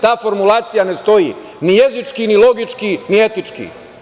Ta formulacija ne stoji ni jezički, ni logički, ni etički.